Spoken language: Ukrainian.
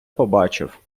побачив